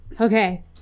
okay